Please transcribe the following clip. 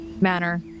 manner